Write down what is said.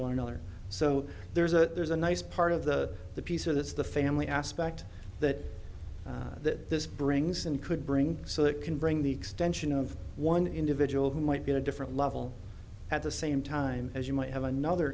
go on another so there's a there's a nice part of the the piece of this the family aspect that that this brings in could bring so that can bring the extension of one individual who might be a different level at the same time as you might have another